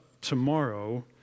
tomorrow